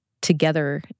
together